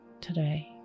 today